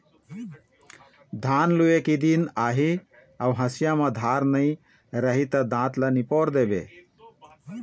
धान लूए के दिन आही अउ हँसिया म धार नइ रही त दाँत ल निपोर देबे